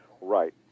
right